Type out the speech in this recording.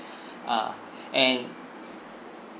uh and